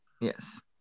Yes